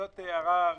זאת הערה ראשונה.